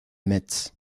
metz